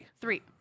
Three